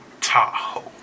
Tahoe